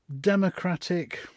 democratic